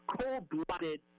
cold-blooded